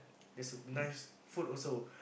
there's a nice food also